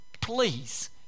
please